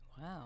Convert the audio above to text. Wow